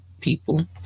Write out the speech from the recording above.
people